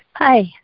Hi